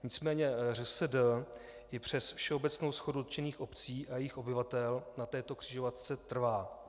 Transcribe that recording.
Nicméně ŘSD i přes všeobecnou shodu dotčených obcí a jejich obyvatel na této křižovatce trvá.